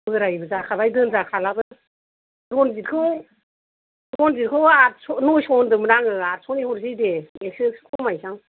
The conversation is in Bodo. बोरायबो जाकाबाय दोनजाखालाबो रनजितखौ रनजितखौ नयस होनदोंमोन आङो आदसनि हरसां एकस एकस खमायनसां